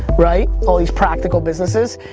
right? all these practical businesses.